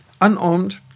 unarmed